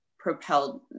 propelled